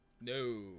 No